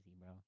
bro